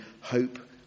hope